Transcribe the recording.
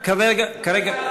כרגע,